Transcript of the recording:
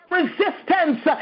resistance